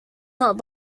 not